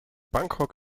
bangkok